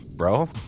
bro